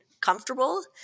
comfortable